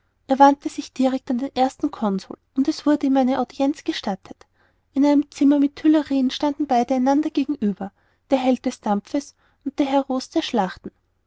er wandte sich direkt an den ersten consul und es wurde ihm eine audienz gestattet in einem zimmer der tuilerien standen beide einander gegenüber der held des dampfes und der heros der schlachten